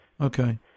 Okay